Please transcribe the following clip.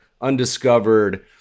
undiscovered